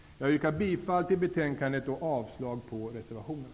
Jag yrkar bifall till hemställan i betänkandet och avslag på reservationen.